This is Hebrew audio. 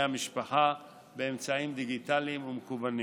המשפחה באמצעים דיגיטליים ומקוונים.